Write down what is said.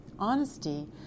honesty